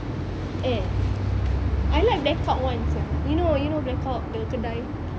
eh I like black out one sia you know you know black out the kedai